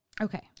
Okay